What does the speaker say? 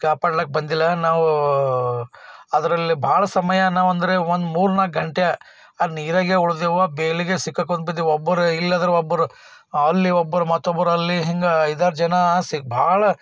ಕಾಪಾಡಲಿಕ್ಕೆ ಬಂದಿಲ್ಲ ನಾವು ಅದರಲ್ಲಿ ಭಾಳ ಸಮಯ ನಾವಂದ್ರೆ ಒಂದು ಮೂರು ನಾಲ್ಕು ಗಂಟೆ ಅಲ್ಲಿ ನೀರಾಗೆ ಉಳಿದೆವು ಬೇಲಿಗೆ ಸಿಕ್ಕಾಕೊಂಡು ಬಿದ್ದೆವು ಒಬ್ಬರು ಇಲ್ಲಾದ್ರೆ ಒಬ್ಬರು ಅಲ್ಲಿ ಒಬ್ಬರು ಮತ್ತೊಬ್ಬರು ಅಲ್ಲಿ ಹೆಂಗ ಐದಾರು ಜನ ಸಿಕ್ಕು ಭಾಳ